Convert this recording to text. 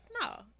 No